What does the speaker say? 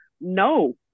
No